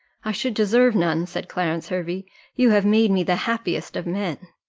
i should deserve none, said clarence hervey you have made me the happiest of men.